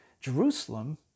Jerusalem